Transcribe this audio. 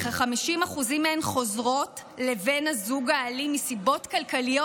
וכ-50% מהן חוזרות לבן הזוג האלים מסיבות כלכליות.